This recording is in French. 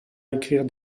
écrire